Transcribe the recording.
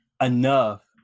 enough